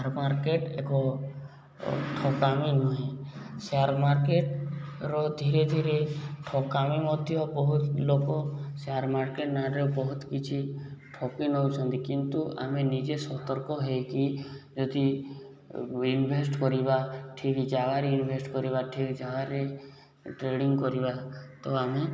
share market ଏକ ଠକାମି ନୁହେଁ ସେୟାର ମାର୍କେଟର ଧୀରେ ଧୀରେ ଠକାମି ମଧ୍ୟ ବହୁତ ଲୋକ ସେୟାର ମାର୍କେଟ ନାଁରେ ବହୁତ କିଛି ଠକି ନେଉଛନ୍ତି କିନ୍ତୁ ଆମେ ନିଜେ ସତର୍କ ହୋଇକି ଯଦି ଇନଭେଷ୍ଟ କରିବା ଠିକ୍ ଜାଗାରେ ଇନଭେଷ୍ଟ କରିବା ଠିକ୍ ଜାଗାରେ ଟ୍ରେଡ଼ିଂ କରିବା ତ ଆମେ